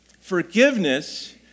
Forgiveness